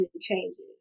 changes